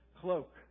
cloak